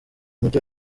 mujyi